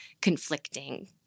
conflicting